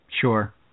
sure